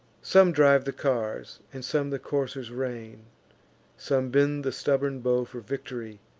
some drive the cars, and some the coursers rein some bend the stubborn bow for victory,